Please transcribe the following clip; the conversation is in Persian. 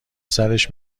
سرش